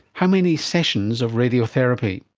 how many sessions of radiotherapy.